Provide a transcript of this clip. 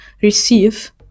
receive